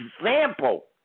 example